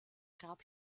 gab